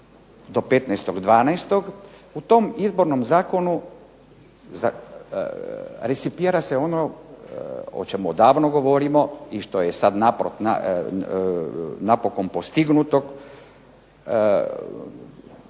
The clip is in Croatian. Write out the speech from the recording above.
do 15.12. u tom Izbornom zakonu resipira se ono o čemu odavno govorimo i što je sad napokon postignuto,